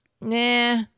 nah